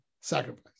sacrifice